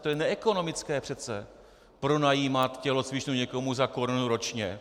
To je neekonomické přece, pronajímat tělocvičnu někomu za korunu ročně.